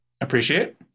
Appreciate